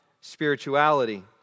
spirituality